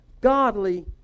godly